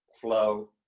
flow